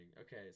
okay